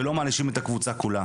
ולא מענישים את הקבוצה כולה?